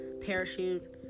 parachute